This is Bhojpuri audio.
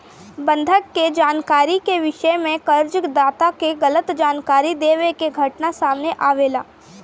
बंधक के जानकारी के विषय में कर्ज दाता से गलत जानकारी देवे के घटना सामने आवेला